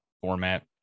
format